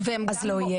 אז לא יהיה.